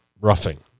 roughing